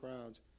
crowds